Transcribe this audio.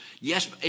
yes